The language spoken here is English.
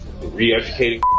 re-educating